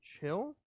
chill